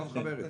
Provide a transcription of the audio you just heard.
תודה.